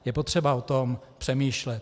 Je potřeba o tom přemýšlet.